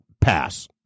pass